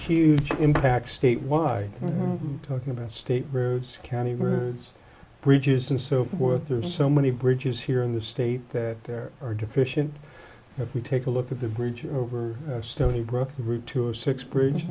huge impact statewide talking about state roads county roads bridges and so forth there are so many bridges here in the state that there are deficient if you take a look at the bridge over stony brook route two of six bridge